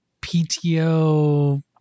PTO